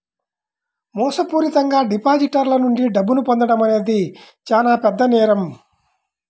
మోసపూరితంగా డిపాజిటర్ల నుండి డబ్బును పొందడం అనేది చానా పెద్ద నేరం